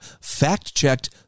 fact-checked